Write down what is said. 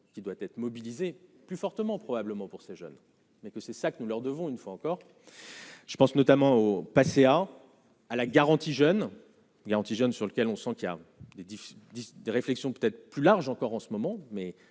qui doit être mobilisé, plus fortement probablement pour ces jeunes, mais que c'est ça que nous leur devons une fois encore. Je pense notamment au patient à la garantie jeunes. Il y a antigènes antigène sur lequel on sent qu'il y a des dizaines de réflexions peut-être plus large encore en ce moment mais